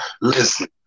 listen